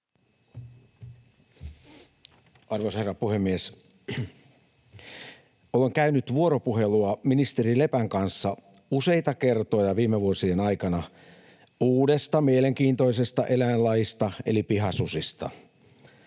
Arvoisa herra puhemies! Olen käynyt vuoropuhelua ministeri Lepän kanssa useita kertoja viime vuosien aikana uudesta mielenkiintoisesta eläinlajista eli pihasusista.